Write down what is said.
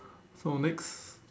so next